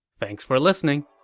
thanks for listening